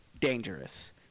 dangerous